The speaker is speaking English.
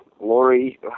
Lori